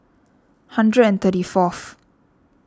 hundred and thirty fourth